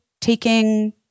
taking